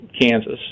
Kansas